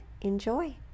enjoy